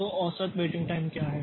तो औसत waiting time क्या है